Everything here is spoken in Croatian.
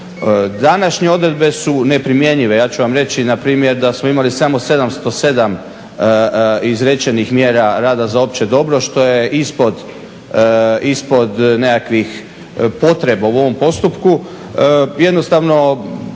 Današnje odredbe su neprimjenjive, ja ću vam reći npr. da smo imali samo 707 izrečenih mjera rada za opće dobro, što je ispod nekakvih potreba u ovom postupku.